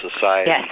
society